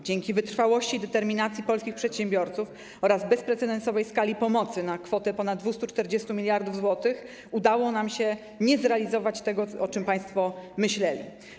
Dzięki wytrwałości, determinacji polskich przedsiębiorców oraz bezprecedensowej skali pomocy na kwotę ponad 240 mld zł udało nam się nie zrealizować tego, o czym państwo myśleli.